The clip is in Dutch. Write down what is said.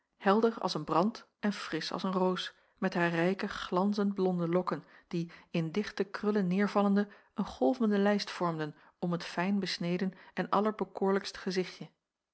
helder als een brand en frisch als een roos met haar rijke glanzend blonde lokken die in dichte krullen nedervaljacob van ennep laasje evenster een golvende lijst vormden om het fijn besneden en allerbekoorlijkst gezichtje